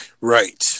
Right